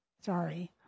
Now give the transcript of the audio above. Sorry